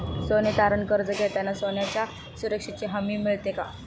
सोने तारण कर्ज घेताना सोन्याच्या सुरक्षेची हमी मिळते का?